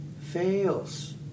fails